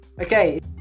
okay